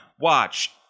watch